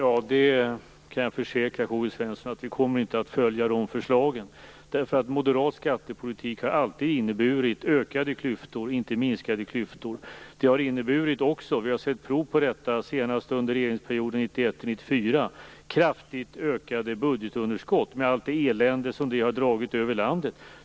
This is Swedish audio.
Fru talman! Jag kan försäkra Karl-Gösta Svenson om att vi inte kommer att följa dessa förslag. Moderat skattepolitik har alltid inneburit ökade klyftor, inte minskade klyftor. Den har också inneburit - vi har sett prov på detta senast under regeringsperioden 1991-1994 - kraftigt ökade budgetunderskott, med allt det elände som det har dragit över landet.